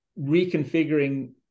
reconfiguring